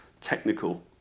technical